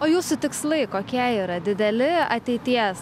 o jūsų tikslai kokia yra dideli ateities